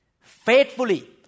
faithfully